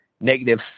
negative